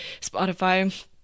spotify